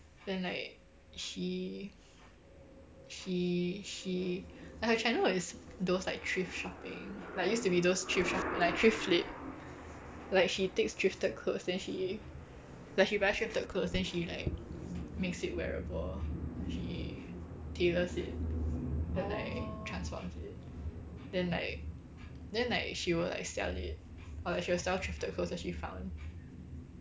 then like she she she like her china work is those like thrift shopping like used to be those thrift shop like thrift flip like she takes thrifted clothes then she like she buys thrifted clothes then she like makes it wearable she tailors it and like transforms it then like then like she will like sell it or like she will sell thrifted clothes that she found